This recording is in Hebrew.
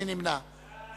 מי נמנע?